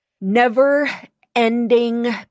never-ending